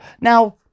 Now